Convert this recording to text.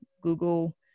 Google